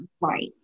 Right